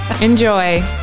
Enjoy